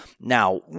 now